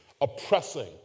oppressing